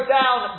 down